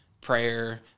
prayer